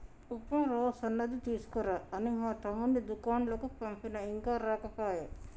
ఉప్మా రవ్వ సన్నది తీసుకురా అని మా తమ్ముణ్ణి దూకండ్లకు పంపిన ఇంకా రాకపాయె